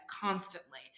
constantly